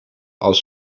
als